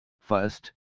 First